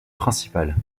principales